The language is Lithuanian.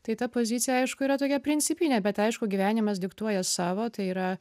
tai ta pozicija aišku yra tokia principinė bet aišku gyvenimas diktuoja savo tai yra